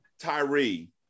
Tyree